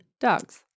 dogs